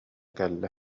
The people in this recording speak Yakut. кэллэ